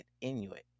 Inuit